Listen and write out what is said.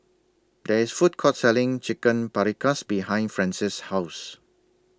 There IS Food Court Selling Chicken Paprikas behind Francis' House